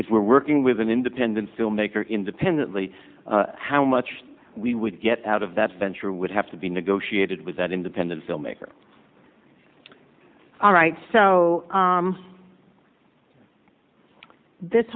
if we're working with an independent filmmaker independently how much we would get out of that venture would have to be negotiated with that independent filmmaker all right so